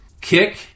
kick